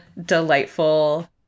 delightful